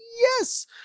Yes